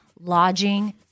lodging